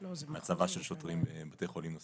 יותר בסוף: סיר הלחץ של בתי החולים,